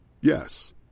Yes